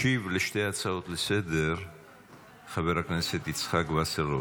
ישיב לשתי ההצעות לסדר-היום חבר הכנסת יצחק וסרלאוף.